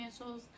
financials